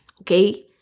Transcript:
okay